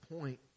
point